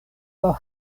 por